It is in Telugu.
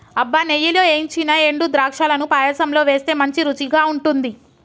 అబ్బ నెయ్యిలో ఏయించిన ఎండు ద్రాక్షలను పాయసంలో వేస్తే మంచి రుచిగా ఉంటుంది